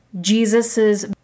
Jesus's